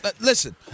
listen